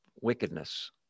wickedness